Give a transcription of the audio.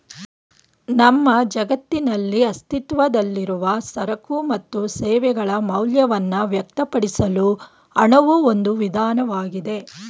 ನಮ್ಮ ಜಗತ್ತಿನಲ್ಲಿ ಅಸ್ತಿತ್ವದಲ್ಲಿರುವ ಸರಕು ಮತ್ತು ಸೇವೆಗಳ ಮೌಲ್ಯವನ್ನ ವ್ಯಕ್ತಪಡಿಸಲು ಹಣವು ಒಂದು ವಿಧಾನವಾಗಿದೆ